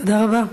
תודה רבה.